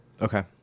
okay